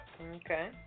Okay